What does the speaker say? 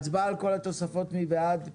הצבעה על כל התוספות, מי בעד?